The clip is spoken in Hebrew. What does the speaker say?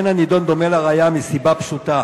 אין הנדון דומה לראיה מסיבה פשוטה.